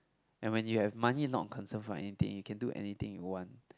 and when you have money not conserved or anything you can do anything you want